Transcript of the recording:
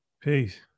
Peace